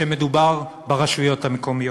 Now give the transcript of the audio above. כשמדובר ברשויות המקומיות.